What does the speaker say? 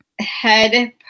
head